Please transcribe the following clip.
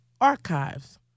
archives